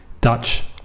Dutch